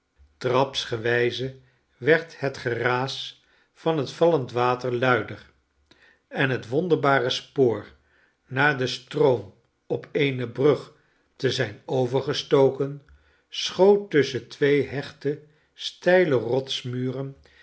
trapsgewijze werd het geraas van het vallend water luider en het wonderbare spoor na den stroom op eene brug te zijn overgestoken schoot tusschen twee hechte steile